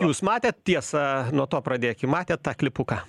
jūs matėt tiesa nuo to pradėkim matėt tą klipuką